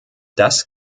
das